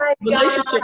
relationship